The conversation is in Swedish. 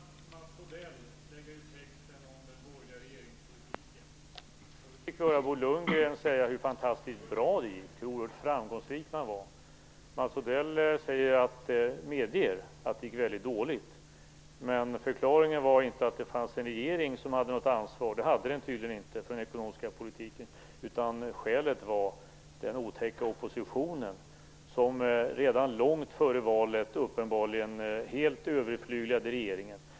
Herr talman! Det var intressant att höra Mats Odell lägga ut texten om den borgerliga regeringspolitiken. Tidigare fick vi höra Bo Lundgren framhålla hur fantastiskt bra det gick och hur oerhört framgångsrik politiken var. Mats Odell medger att det gick väldigt dåligt men förklarade att det inte var den regering som fanns som hade ansvaret för detta - den hade tydligen inte ansvar för den ekonomiska politiken. I stället var förklaringen uppenbarligen den att den otäcka oppositionen redan långt före valet helt hade överflyglat regeringen.